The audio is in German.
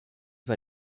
war